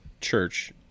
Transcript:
church